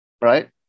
right